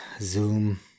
Zoom